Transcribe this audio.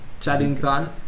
Chaddington